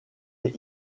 est